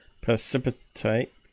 precipitate